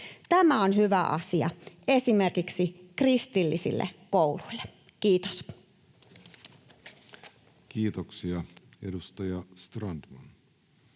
Tämä on hyvä asia esimerkiksi kristillisille kouluille. — Kiitos. [Speech